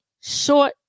short